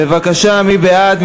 בבקשה, מי בעד?